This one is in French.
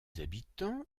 habitants